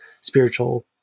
spiritual